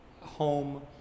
home